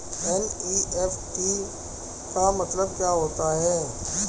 NEFT का मतलब क्या होता है?